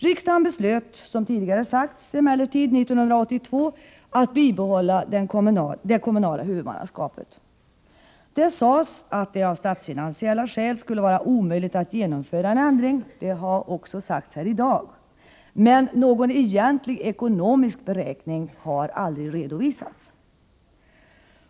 Riksdagen beslöt emellertid 1982, som tidigare sagts, att bibehålla det kommunala huvudmannaskapet. Det sades, att det av statsfinansiella skäl skulle vara omöjligt att genomföra en ändring. Det har också sagts här i dag, men någon egentlig ekonomisk beräkning har aldrig redovisats.